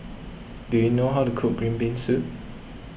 do you know how to cook Green Bean Soup